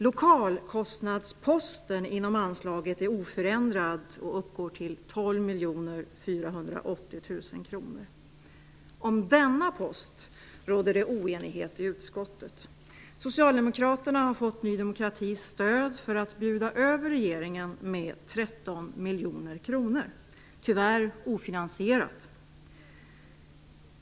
Lokalkostnadsposten inom anslaget är oförändrad och uppgår till 12 480 000 kr. Om denna post råder det oenighet i utskottet. Socialdemokraterna har fått Ny demokratis stöd för att bjuda över regeringen med 13 000 000 kr -- tyvärr ofinansierat.